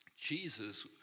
Jesus